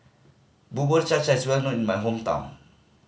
Bubur Cha Cha is well known in my hometown